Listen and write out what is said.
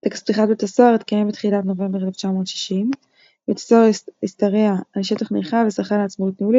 טקס פתיחת בית הסוהר התקיים בתחילת נובמבר 1960. בית הסוהר השתרע על שטח נרחב וזכה לעצמאות ניהולית